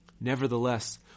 Nevertheless